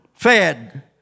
fed